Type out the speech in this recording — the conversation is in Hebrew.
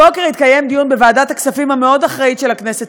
הבוקר התקיים דיון בוועדת הכספים המאוד-אחראית של הכנסת,